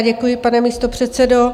Děkuji, pane místopředsedo.